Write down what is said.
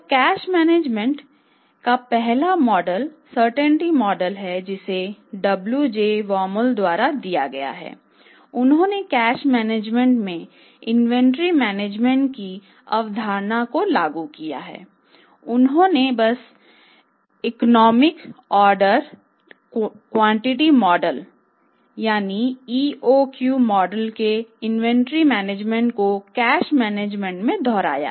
तो cash management में दोहराया